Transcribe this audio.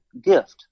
gift